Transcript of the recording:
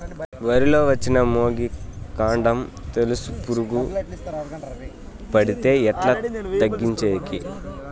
వరి లో వచ్చిన మొగి, కాండం తెలుసు పురుగుకు పడితే ఎట్లా తగ్గించేకి?